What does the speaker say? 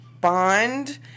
bond